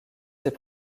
ses